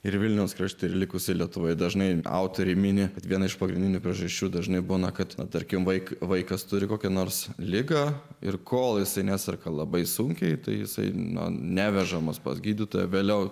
ir vilniaus krašte ir likusi lietuvoje dažnai autorė mini vieną iš pagrindinių priežasčių dažnai būna kad tarkim vaikui vaikas turi kokią nors ligą ir kol esi neserga labai sunkiai įtaisai nuo nevežamos pas gydytoją vėliau